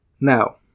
Now